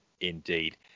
indeed